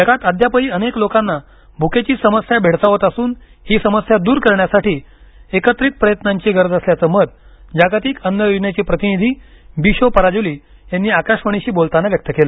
जगात अद्यापही अनेक लोकांना भुकेची समस्या भेडसावत असून ही समस्या दूर करण्यासाठी एकत्रित प्रयत्नांची गरज असल्याचं मत जागतिक अन्न योजनेचे प्रतिनिधी बिशो पराजुली यांनी आकाशवाणीशी बोलताना व्यक्त केलं